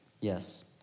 Yes